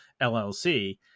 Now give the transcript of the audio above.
LLC